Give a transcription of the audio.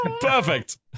Perfect